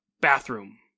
bathroom